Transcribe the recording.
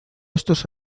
estos